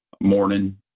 morning